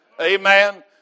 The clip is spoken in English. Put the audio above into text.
Amen